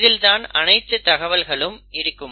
இதில் தான் அனைத்து தகவல்களும் இருக்கும்